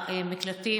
מהמקלטים.